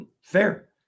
fair